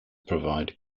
provide